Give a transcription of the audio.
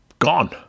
Gone